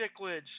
cichlids